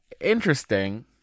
interesting